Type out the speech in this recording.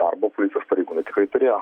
darbo policijos pareigūnai tikrai turėjo